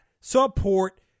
support